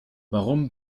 warum